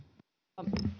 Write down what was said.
arvoisa